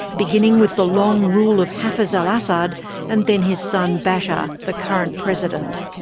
beginning with the long rule of hafez al-assad and then his son, bashar, the current president.